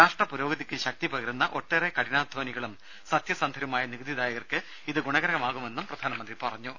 രാഷ്ട്ര പുരോഗതിക്ക് ശക്തി പകരുന്ന ഒട്ടേറെ കഠിനാധ്വാനികളും സത്യസന്ധരുമായ നികുതിദായകർക്ക് ഇത് ഗുണകരമാകുമെന്നും പ്രധാനമന്ത്രി പറഞ്ഞു